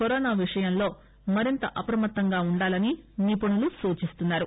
corona విషయంలో మరింత అప్రమత్తంగా ఉండాలని నిపుణులు సూచిస్తున్నారు